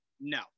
No